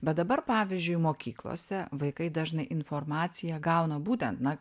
bet dabar pavyzdžiui mokyklose vaikai dažnai informaciją gauna būtent na